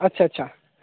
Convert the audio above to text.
अच्छा अच्छा